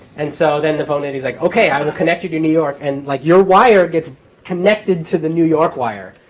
and so then the phone lady is like, ok, i will connect you to new york. and like your wire gets connected to the new york wire.